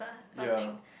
ya